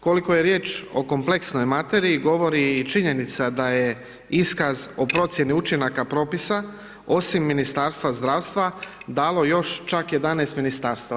Koliko je riječ o kompleksnoj materiji govori i činjenica da je iskaz o procijeni učinaka propisa, osim Ministarstva zdravstva, dalo još čak 11 Ministarstva.